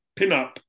pinup